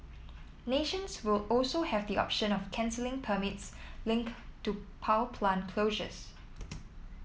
nations will also have the option of cancelling permits linked to power plant closures